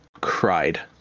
cried